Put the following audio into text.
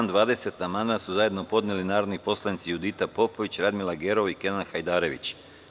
Na član 20. amandman su zajedno podneli narodni poslanici Judita Popović, Radmila Gerov i Kenan Hajdarević.